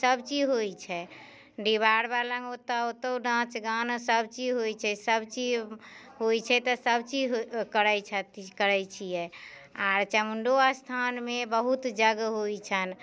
सभचीज होइ छै डिहबार बा लग ओतऽ ओतौ नाच गान सभचीज होइ छै सभचीज होइ छै तऽ सभचीज हो करै छथि करै छियै आओर चामुण्डो स्थानमे बहुत जग होइ छनि